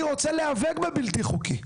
אני רוצה להיאבק בבלתי חוקי.